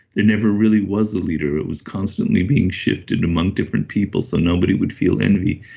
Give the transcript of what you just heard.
there never really was a leader. it was constantly being shifted among different people, so nobody would feel envy.